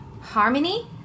Harmony